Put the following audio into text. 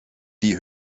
die